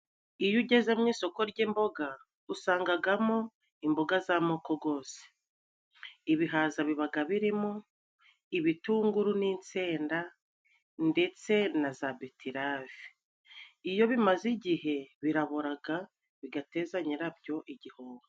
Iyo ugeze mu isoko ry'imboga, usangamo imboga z'amoko yose. Ibihaza biba birimo, ibitunguru n'insenda, ndetse na za betirave. Iyo bimaze igihe, birabora bigagateza nyirabyo igihombo.